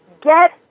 Get